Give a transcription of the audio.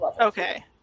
Okay